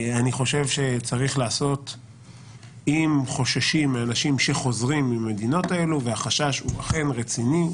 אני חושב שאם חוששים מאנשים שחוזרים מהמדינות האלו והחשש הוא אכן רציני,